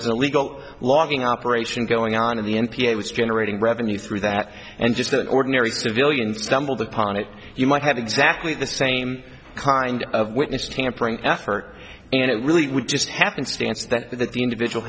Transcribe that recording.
was an illegal logging operation going on in the n p a was generating revenue through that and just an ordinary civilian stumbled upon it you might have exactly the same kind of witness tampering effort and it really would just happenstance that the individual